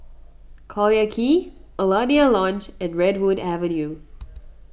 Collyer Quay Alaunia Lodge and Redwood Avenue